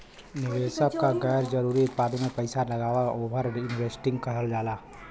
निवेशक क गैर जरुरी उत्पाद में पैसा लगाना ओवर इन्वेस्टिंग कहल जाला